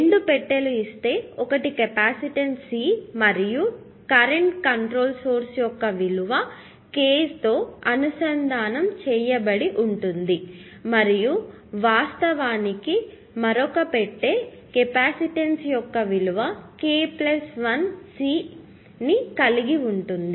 రెండు పెట్టెలు ఇస్తే ఒకటి కెపాసిటన్స్ C మరియు కరెంట్ కంట్రోల్ సోర్స్ యొక్క విలువ k తో అనుసంధానం చేయబడి ఉంటుంది మరియు వాస్తవానికి మరొక పెట్టె కెపాసిటన్స్ యొక్క విలువ k 1C ని కలిగి ఉంటుంది